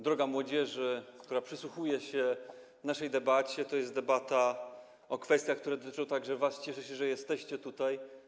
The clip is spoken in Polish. Droga młodzieży, która przysłuchuje się naszej debacie, to jest debata o kwestiach, które dotyczą także was, cieszę się, że jesteście tutaj.